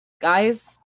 guys